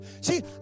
See